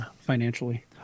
financially